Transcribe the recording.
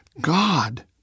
God